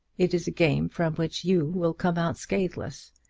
it is a game from which you will come out scatheless,